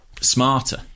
smarter